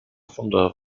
funde